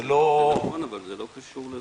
זה נכון אבל זה לא קשור לזה.